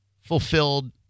fulfilled